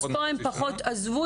פה הן פחות עזבו?